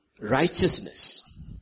righteousness